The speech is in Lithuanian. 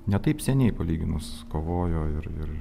ne taip seniai palyginus kovojo ir ir